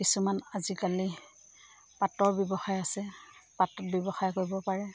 কিছুমান আজিকালি পাতৰ ব্যৱসায় আছে পাত ব্যৱসায় কৰিব পাৰে